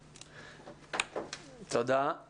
תודה.